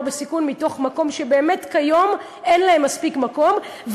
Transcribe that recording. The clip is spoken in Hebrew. בסיכון מתוך מקום שבאמת כיום אין להם מספיק מקום.